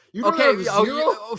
Okay